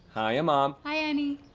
hiya mom. hi ah honey.